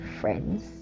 friends